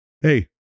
hey